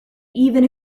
even